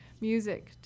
music